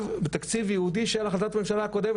בתקציב ייעודי של החלטת הממשלה הקודמת,